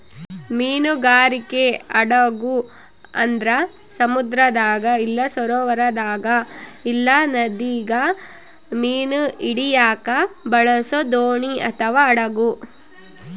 ಮೀನುಗಾರಿಕೆ ಹಡಗು ಅಂದ್ರ ಸಮುದ್ರದಾಗ ಇಲ್ಲ ಸರೋವರದಾಗ ಇಲ್ಲ ನದಿಗ ಮೀನು ಹಿಡಿಯಕ ಬಳಸೊ ದೋಣಿ ಅಥವಾ ಹಡಗು